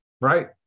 Right